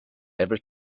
ever